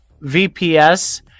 VPS